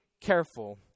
careful